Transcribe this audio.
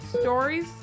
stories